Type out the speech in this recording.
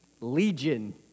legion